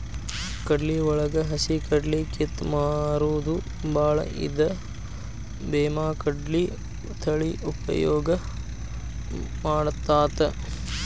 ಕಡ್ಲಿವಳಗ ಹಸಿಕಡ್ಲಿ ಕಿತ್ತ ಮಾರುದು ಬಾಳ ಇದ್ದ ಬೇಮಾಕಡ್ಲಿ ತಳಿ ಉಪಯೋಗ ಮಾಡತಾತ